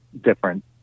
different